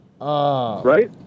Right